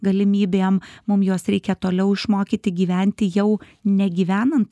galimybėm mum juos reikia toliau išmokyti gyventi jau negyvenant